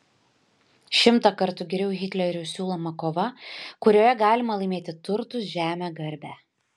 šimtą kartų geriau hitlerio siūloma kova kurioje galima laimėti turtus žemę garbę